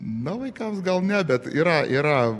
na vaikams gal ne bet yra yra